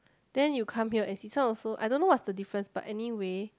then you come here and see so also I don't know what's the difference but anyway